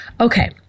Okay